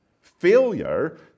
Failure